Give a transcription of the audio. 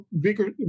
bigger